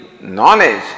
knowledge